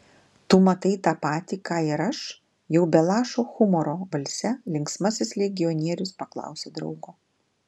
tu matai tą patį ką ir aš jau be lašo humoro balse linksmasis legionierius paklausė draugo